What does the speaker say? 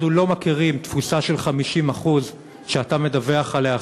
אנחנו לא מכירים תפוסה של 50% שאתה מדווח עליה,